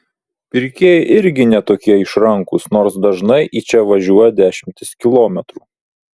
pirkėjai irgi ne tokie išrankūs nors dažnai į čia važiuoja dešimtis kilometrų